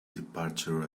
departure